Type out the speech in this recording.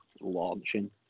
launching